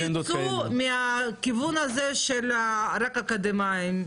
תצאו מהכיוון הזה של רק אקדמאים.